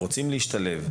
ורוצים להשתלב,